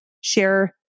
share